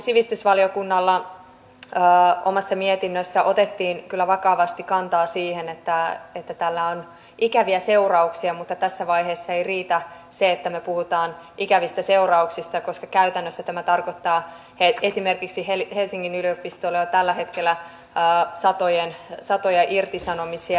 meillähän sivistysvaliokunnassa omassa mietinnössä otettiin kyllä vakavasti kantaa siihen että tällä on ikäviä seurauksia mutta tässä vaiheessa ei riitä se että me puhumme ikävistä seurauksista koska käytännössä tämä tarkoittaa esimerkiksi helsingin yliopistolle jo tällä hetkellä satoja irtisanomisia